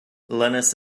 linus